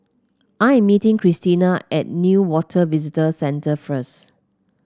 I am meeting Christena at Newater Visitor Centre first